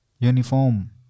Uniform